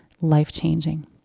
life-changing